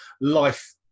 life